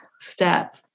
step